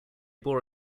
bore